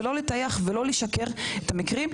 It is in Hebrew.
ולא לטייח ולא לשקר במקרים,